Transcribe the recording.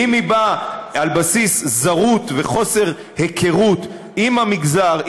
ואם היא באה על בסיס זרות וחוסר היכרות עם המגזר,